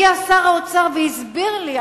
הגיע שר האוצר והסביר לי,